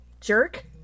jerk